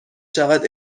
شود